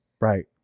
right